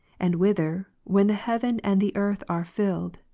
and whither, when the heaven and the earth are filled,